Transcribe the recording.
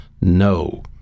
No